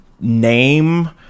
name